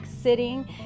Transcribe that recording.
sitting